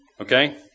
Okay